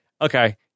Okay